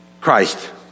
Christ